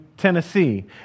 Tennessee